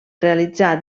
realitzar